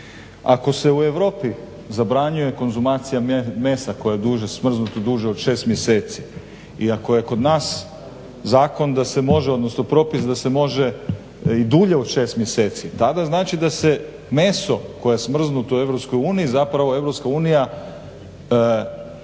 Ako se u Europi zabranjuje konzumacija mesa koje je duže smrznuto, smrznuto duže od 6 mjeseci i ako je kod nas zakon da se može, odnosno propis da se može i dulje od 6 mjeseci, tada znači da se meso koje je smrznuto u EU zapravo EU se rješava